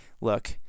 look